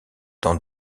dans